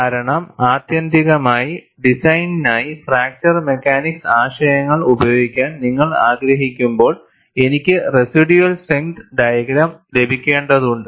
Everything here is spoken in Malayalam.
കാരണം ആത്യന്തികമായി ഡിസൈനിനായി ഫ്രാക്ചർ മെക്കാനിക്സ് ആശയങ്ങൾ ഉപയോഗിക്കാൻ നിങ്ങൾ ആഗ്രഹിക്കുമ്പോൾ എനിക്ക് റെസിഡ്യൂൽ സ്ട്രെങ്ത് ഡയഗ്രാം ലഭിക്കേണ്ടതുണ്ട്